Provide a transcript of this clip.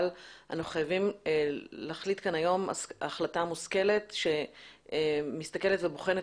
אבל אנחנו חייבים להחליט כאן היום החלטה מושכלת שמסתכלת ובוחנת